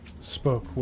Spoke